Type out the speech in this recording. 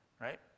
right